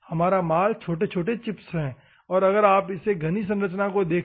हमारे माल छोटे चिप्स हैं अगर आप इस घनी संरचना को देखे